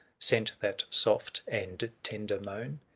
sent that soft and tender moan?